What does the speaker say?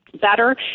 better